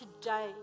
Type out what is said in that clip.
today